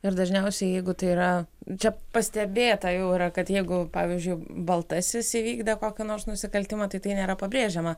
ir dažniausiai jeigu tai yra čia pastebėta jau yra kad jeigu pavyzdžiui baltasis įvykdė kokį nors nusikaltimą tai tai nėra pabrėžiama